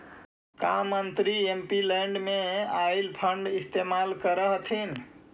का मंत्री एमपीलैड में आईल फंड इस्तेमाल करअ हथीन